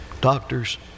doctors